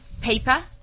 paper